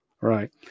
Right